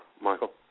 Michael